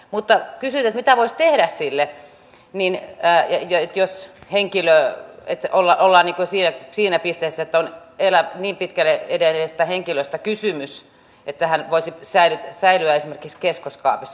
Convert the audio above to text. mutta kysyit mitä voisi tehdä sille että jos ollaan siinä pisteessä että on niin pitkälle edenneestä henkilöstä kysymys että hän voisi säilyä esimerkiksi keskoskaapissa